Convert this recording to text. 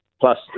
Plus